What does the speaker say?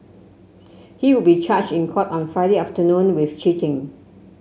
he will be charged in court on Friday afternoon with cheating